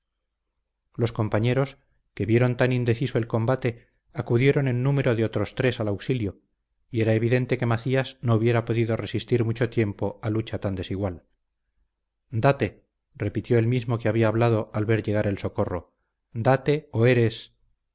los compañeros que vieron tan indeciso el combate acudieron en número de otros tres al auxilio y era evidente que macías no hubiera podido resistir mucho tiempo a lucha tan desigual date repitió el mismo que había hablado al ver llegar el socorro date o eres